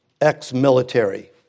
ex-military